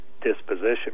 disposition